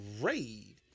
raid